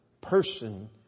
person